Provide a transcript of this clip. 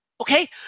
Okay